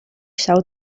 zout